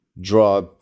draw